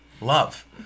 love